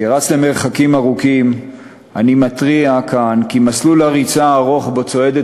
כרץ למרחקים ארוכים אני מתריע כאן כי במסלול הריצה הארוך שבו צועדת